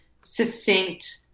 succinct